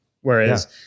Whereas